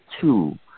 two